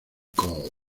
cole